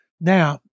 Now